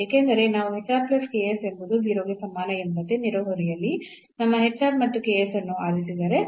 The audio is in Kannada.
ಏಕೆಂದರೆ ನಾವು ಎಂಬುದು 0 ಗೆ ಸಮಾನ ಎಂಬಂತೆ ನೆರೆಹೊರೆಯಲ್ಲಿ ನಮ್ಮ hr ಮತ್ತು ks ಅನ್ನು ಆರಿಸಿದರೆ